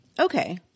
okay